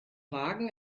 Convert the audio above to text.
wagen